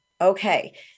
Okay